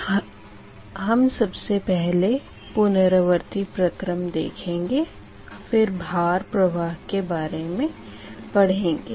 y1f1x1 x2xn y2f2x1 x2xn ynfnx1 x2xn हम सबसे पहले पुनरावर्ती प्रक्रम देखेंगे फिर भार प्रवाह के बारे मे पढ़ेंगे